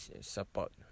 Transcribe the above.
support